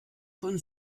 von